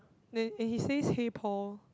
then and he says hey Paul